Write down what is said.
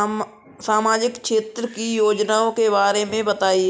सामाजिक क्षेत्र की योजनाओं के बारे में बताएँ?